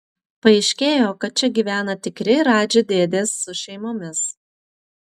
paaiškėjo kad čia gyvena tikri radži dėdės su šeimomis